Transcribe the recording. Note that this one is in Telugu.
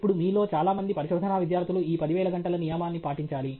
ఇప్పుడు మీలో చాలా మంది పరిశోధనా విద్యార్థులు ఈ 10000 గంటల నియమాన్ని పాటించాలి